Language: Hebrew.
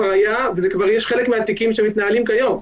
חלק מהתיקים כבר מתנהלים היום,